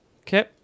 Okay